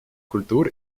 культур